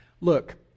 Look